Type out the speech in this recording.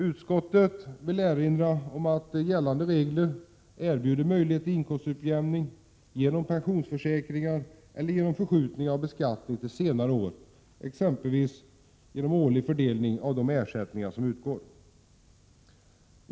Utskottet vill erinra om att gällande regler erbjuder möjligheter till inkomstutjämning genom pensionsförsäkringar eller genom förskjutning av beskattningen till senare år genom exempelvis årlig fördelning av de ersättningar som utgår.